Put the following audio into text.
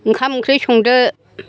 ओंखाम ओंख्रि संदो